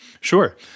Sure